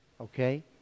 okay